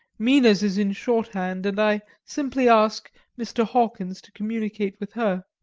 mina's is in shorthand, and i simply ask mr. hawkins to communicate with her.